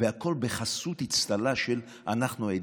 והכול בחסות, באצטלה של: אנחנו האידיאולוגים.